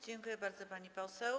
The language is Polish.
Dziękuję bardzo, pani poseł.